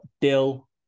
dill